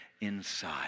inside